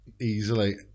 easily